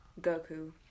Goku